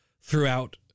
throughout